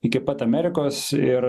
iki pat amerikos ir